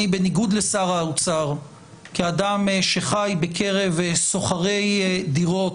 בניגוד לשר האוצר, כאדם שחי בקרב שוכרי דירות,